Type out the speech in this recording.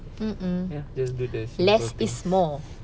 mm mm less is more